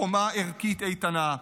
חומה ערכית איתנה,